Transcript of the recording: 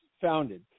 founded